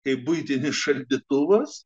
kaip buitinis šaldytuvas